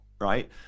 right